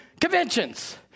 conventions